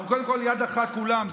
אנחנו קודם כול יד אחת כולם,